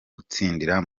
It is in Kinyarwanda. gutsindira